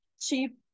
Cheap